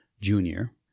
junior